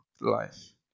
life